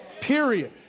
period